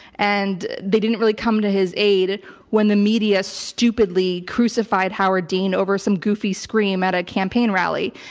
and they didn't really come to his aid when the media stupidly crucified howard dean over some goofy scream at a campaign rally.